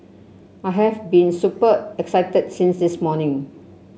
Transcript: I have been super excited since this morning